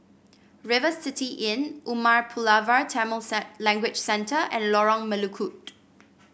River City Inn Umar Pulavar Tamil Language Centre and Lorong Melukut